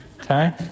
okay